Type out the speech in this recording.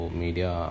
media